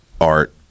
art